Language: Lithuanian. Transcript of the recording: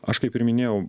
aš kaip ir minėjau